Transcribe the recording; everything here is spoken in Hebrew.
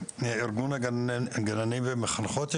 ארגון הגננות והמחנכות?